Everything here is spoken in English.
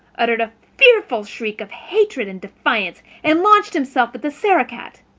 uttered a fearful shriek of hatred and defiance, and launched himself at the sarah-cat.